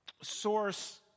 source